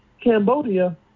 Cambodia